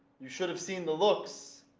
you should have seen the looks.